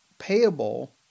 payable